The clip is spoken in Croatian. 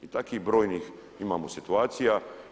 I takvih brojnih imamo situacija.